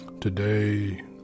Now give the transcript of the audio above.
today